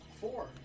Four